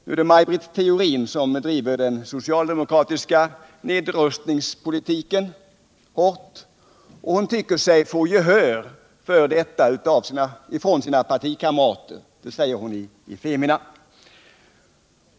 | Nu är det Maj Britt Theorin som driver den socialdemokratiska nedrustningspolitiken hårt, och hon tycker sig få gehör för detta från sina partikamrater. Det säger hon i Femina.